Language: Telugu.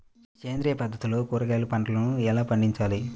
సేంద్రియ పద్ధతుల్లో కూరగాయ పంటలను ఎలా పండించాలి?